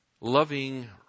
loving